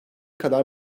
kadar